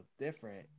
different